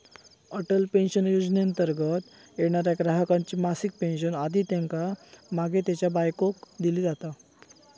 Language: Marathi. अटल पेन्शन योजनेंतर्गत येणाऱ्या ग्राहकाची मासिक पेन्शन आधी त्येका मागे त्येच्या बायकोक दिली जाता